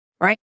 right